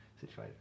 situation